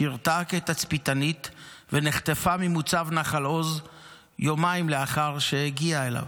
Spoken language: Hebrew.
ששירתה כתצפיתית ונחטפה ממוצב נחל עוז יומיים לאחר שהגיעה אליו,